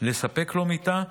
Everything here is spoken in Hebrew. לספק לו מיטה,